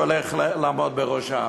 בעיר שהוא הולך לעמוד בראשה,